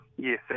Yes